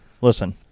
listen